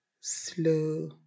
slow